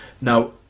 Now